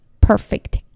perfect